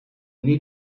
need